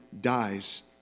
dies